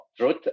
truth